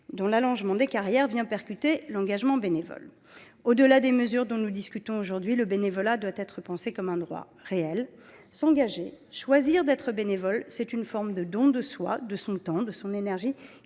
l’allongement des carrières vient percuter l’engagement bénévole. Au delà des mesures dont nous discutons aujourd’hui, le bénévolat doit être pensé comme un droit réel. S’engager, choisir d’être bénévole, c’est une forme de don de soi, de son temps, de son énergie,